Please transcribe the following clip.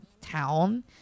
town